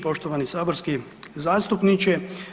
Poštovani saborski zastupniče.